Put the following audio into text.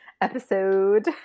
episode